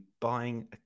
buying